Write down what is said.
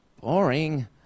boring